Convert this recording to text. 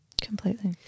completely